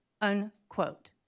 Unquote